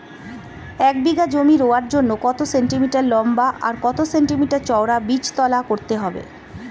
এক বিঘা জমি রোয়ার জন্য কত সেন্টিমিটার লম্বা আর কত সেন্টিমিটার চওড়া বীজতলা করতে হবে?